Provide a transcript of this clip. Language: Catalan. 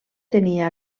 tenia